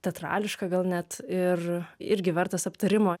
teatrališką gal net ir irgi vertas aptarimo